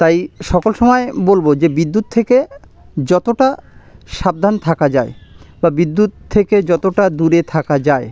তাই সকল সময় বলব যে বিদ্যুৎ থেকে যতটা সাবধান থাকা যায় বা বিদ্যুৎ থেকে যতটা দূরে থাকা যায়